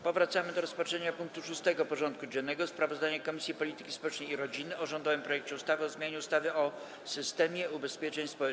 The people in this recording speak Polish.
Powracamy do rozpatrzenia punktu 6. porządku dziennego: Sprawozdanie Komisji Polityki Społecznej i Rodziny o rządowym projekcie ustawy o zmianie ustawy o systemie ubezpieczeń społecznych.